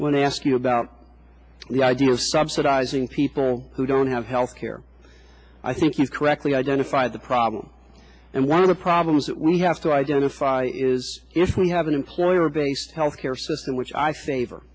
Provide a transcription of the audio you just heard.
i ask you about the idea of subsidizing people who don't have health care i think you correctly identified the problem and one of the problems that we have to identify is if we have an employer based health care system which i fav